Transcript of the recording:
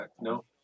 No